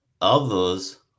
others